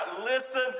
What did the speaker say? listen